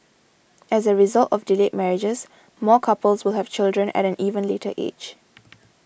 as a result of delayed marriages more couples will have children at an even later age